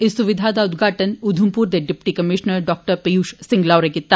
इस सुविधा दा उदघाटन उधमपुर दे deputy commissioner doctor Piyush Singla होरें कीता